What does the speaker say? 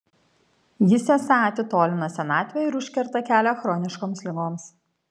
jis esą atitolina senatvę ir užkerta kelią chroniškoms ligoms